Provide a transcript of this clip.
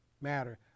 matter